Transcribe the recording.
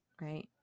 right